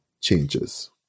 changes